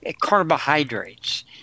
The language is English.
carbohydrates